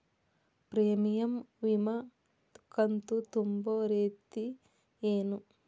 Premium ವಿಮಾ ಕಂತು ತುಂಬೋ ರೇತಿ ಏನು?